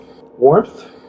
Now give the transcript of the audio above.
warmth